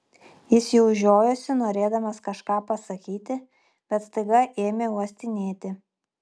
jis jau žiojosi norėdamas kažką pasakyti bet staiga ėmė uostinėti